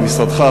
למשרדך,